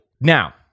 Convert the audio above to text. Now